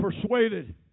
persuaded